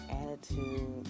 attitude